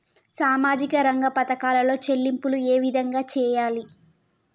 సామాజిక రంగ పథకాలలో చెల్లింపులు ఏ విధంగా చేయాలి?